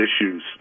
issues